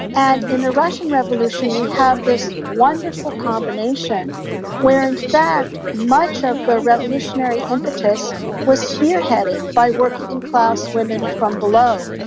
and in the russian revolution we have this wonderful combination where in fact much of the revolutionary impetus was spearheaded by working class women from below.